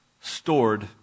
stored